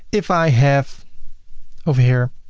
if i have over here,